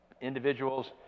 individuals